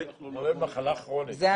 חולה במחלה כרונית.